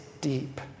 deep